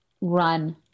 run